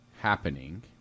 happening